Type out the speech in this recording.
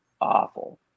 Awful